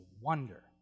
wonder